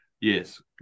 Yes